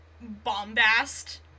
bombast